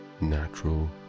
natural